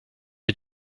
you